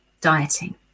dieting